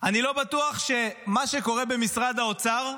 אני לא בטוח שמה שקורה במשרד האוצר,